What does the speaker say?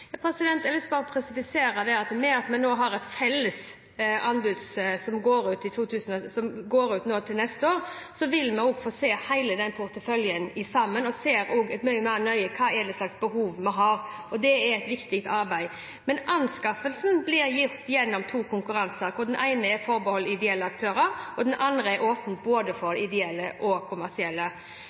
Jeg har bare lyst til å presisere at ved at vi nå har et felles anbud som går ut til neste år, vil vi få se hele porteføljen i sammenheng og også se nærmere på hvilke behov vi har. Det er et viktig arbeid. Men anskaffelsen vil bli gjort gjennom to konkurranser, hvor den ene er forbeholdt ideelle aktører og den andre er åpen både for ideelle og kommersielle.